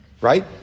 right